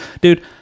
dude